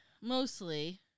mostly